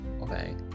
Okay